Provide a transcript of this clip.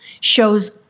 shows